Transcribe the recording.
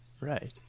Right